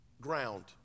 ground